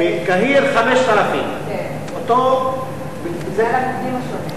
בקהיר, 5,000. אותו מספר בריכטר.